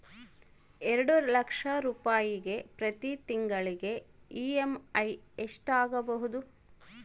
ಎರಡು ಲಕ್ಷ ರೂಪಾಯಿಗೆ ಪ್ರತಿ ತಿಂಗಳಿಗೆ ಇ.ಎಮ್.ಐ ಎಷ್ಟಾಗಬಹುದು?